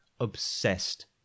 obsessed